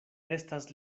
estas